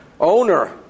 owner